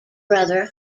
brother